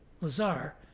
Lazar